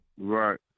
Right